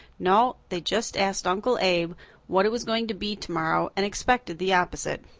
no they just asked uncle abe what it was going to be tomorrow and expected the opposite.